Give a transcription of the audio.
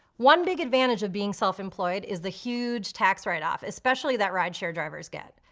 one big advantage of being self-employed is the huge tax write off, especially that rideshare drivers get.